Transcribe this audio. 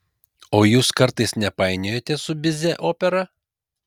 o jūs kartais nepainiojate su bizė opera